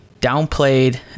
downplayed